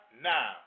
now